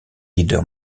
leaders